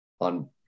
on